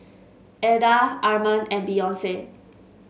Eda Arman and Beyonce